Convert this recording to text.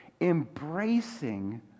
embracing